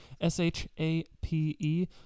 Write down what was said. S-H-A-P-E